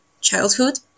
childhood